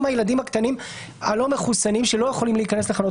הילדים הקטנים הלא מחוסנים שלא יכולים להיכנס לחנות.